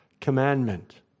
commandment